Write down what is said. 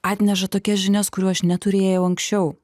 atneša tokias žinias kurių aš neturėjau anksčiau